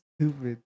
Stupid